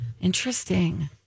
Interesting